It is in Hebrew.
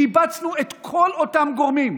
קיבצנו את כל אותם גורמים,